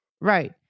Right